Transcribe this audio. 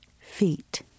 feet